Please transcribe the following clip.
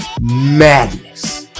madness